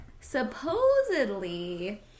supposedly